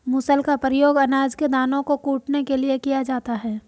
मूसल का प्रयोग अनाज के दानों को कूटने के लिए किया जाता है